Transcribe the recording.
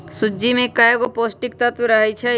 सूज्ज़ी में कएगो पौष्टिक तत्त्व रहै छइ